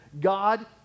God